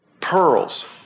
Pearls